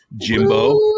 Jimbo